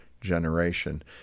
generation